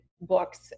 books